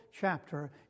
chapter